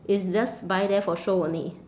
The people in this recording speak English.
it's just buy there for show only